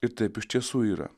ir taip iš tiesų yra